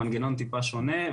המנגנון טיפה שונה,